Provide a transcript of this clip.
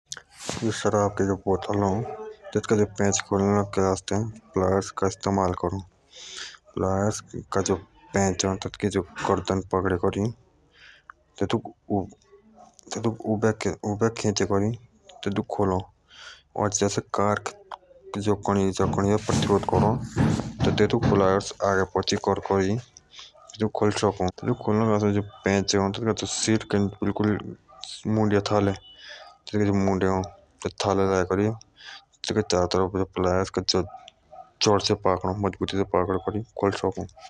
शराब के बोतल जो तेतका जो पेंच खोलने के आसते प्लेयर्स का इस्तेमाल करो प्लेयर्स का जो पेंच हो तेतका मुंह पकड़े करी तेतुक उबेक खोले करी और जो से कॉर्क आगे पची करकरी खोल सको प्लेयर्स पेंच के मुड़े थाले तेतका मुड़े थाले लाएं करी तेतुक चारों तरफ जोर से घुमाए करारी तेतुक खोले शकों।